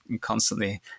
constantly